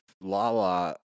Lala